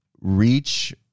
reach